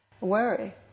Worry